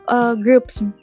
groups